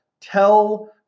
tell